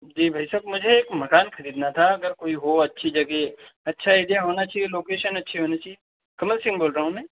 जी भाई साब मुझे एक मकान खरीदना था अगर कोई हो अच्छी जगह अच्छा ए जे होना चाहिए लोकेशन अच्छी होनी चाहिए कमल सिंह बोल रहा हूँ मैं